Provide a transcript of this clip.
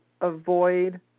avoid